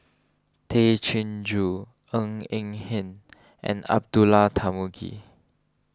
Tay Chin Joo Ng Eng Hen and Abdullah Tarmugi